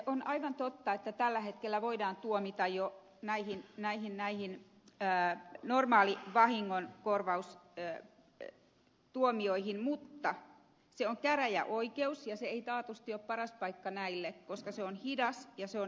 on aivan totta että tällä hetkellä voidaan tuomita jo näihin normaaleihin vahingonkorvaustuomioihin mutta se tapahtuu käräjäoikeudessa ja se ei taatusti ole paras paikka näille koska se on hidas ja epävarma ajallisesti